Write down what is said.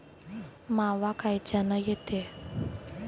मावा कायच्यानं येते?